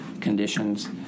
conditions